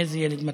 איזה ילד מתוק.